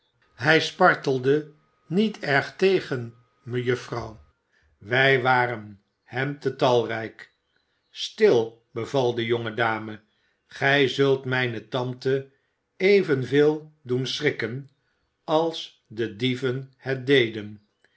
hij spartelde niet erg tegen mejuffrouw wij waren hem te talrijk stil beval de jonge dame gij zult mijne tante evenveel doen schrikken als de dieven het deden